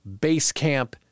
Basecamp